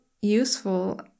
useful